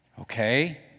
Okay